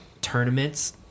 tournaments